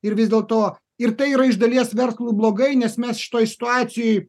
ir vis dėlto ir tai yra iš dalies verslui blogai nes mes šitoj situacijoj